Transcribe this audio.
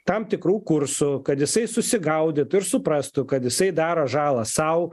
tam tikrų kursų kad jisai susigaudytų ir suprastų kad jisai daro žalą sau